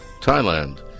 Thailand